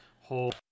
whole